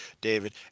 David